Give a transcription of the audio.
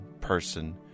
person